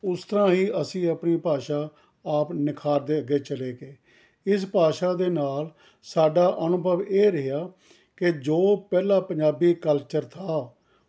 ਉਸ ਤਰ੍ਹਾਂ ਹੀ ਅਸੀਂ ਆਪਣੀ ਭਾਸ਼ਾ ਆਪ ਨਿਖਾਰਦੇ ਅੱਗੇ ਚਲੇ ਗਏ ਇਸ ਭਾਸ਼ਾ ਦੇ ਨਾਲ ਸਾਡਾ ਅਨੁਭਵ ਇਹ ਰਿਹਾ ਕਿ ਜੋ ਪਹਿਲਾਂ ਪੰਜਾਬੀ ਕਲਚਰ ਥਾ